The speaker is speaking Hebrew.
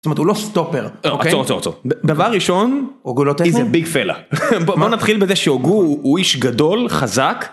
זאת אומרת הוא לא סטופר, אוקי, עצור עצור, דבר ראשון הוא גולות איזה ביג פלא בוא נתחיל בזה שהוגו הוא איש גדול חזק.